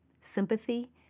sympathy